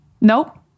nope